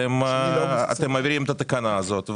אתם מעבירים את התקנה הזאת.